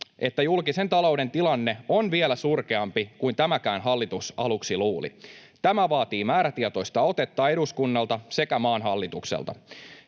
että julkisen talouden tilanne on vielä surkeampi kuin tämäkään hallitus aluksi luuli. Tämä vaatii määrätietoista otetta eduskunnalta sekä maan hallitukselta.